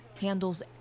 handles